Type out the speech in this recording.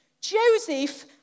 Joseph